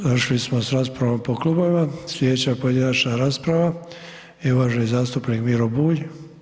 Završili smo s raspravom po klubovima, slijedeća pojedinačna rasprava je uvaženi zastupnik Miro Bulj.